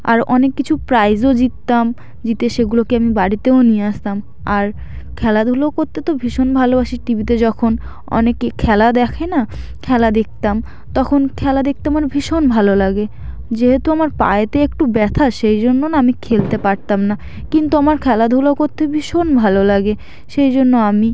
আর অনেক কিছু প্রাইজও জিততাম জিতে সেগুলোকে আমি বাড়িতেও নিয়ে আসতাম আর খেলাধুলো করতে তো ভীষণ ভালোবাসি টি ভিতে যখন অনেকে খেলা দেখে না খেলা দেখতাম তখন খেলা দেখতে আমার ভীষণ ভালো লাগে যেহেতু আমার পায়েতে একটু ব্যথা সেই জন্য না আমি খেলতে পারতাম না কিন্তু আমার খেলাধুলো করতে ভীষণ ভালো লাগে সেই জন্য আমি